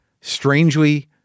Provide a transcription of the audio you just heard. strangely